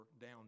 down